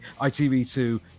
ITV2